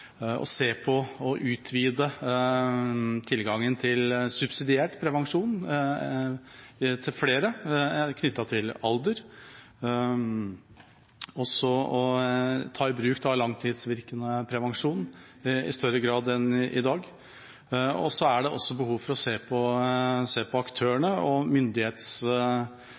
å se på og å utvide tilgangen til subsidiert prevensjon til flere, knyttet til alder, og å ta i bruk langtidsvirkende prevensjon i større grad enn i dag. Det er også behov for å se på aktørene og